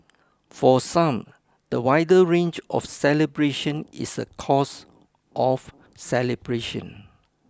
for some the wider range of celebrations is a cause of celebration